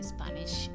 Spanish